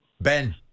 Ben